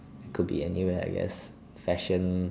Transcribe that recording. could be anywhere I guess fashion